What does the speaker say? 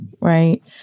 right